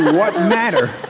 what matter?